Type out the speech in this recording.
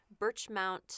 Birchmount